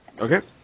Okay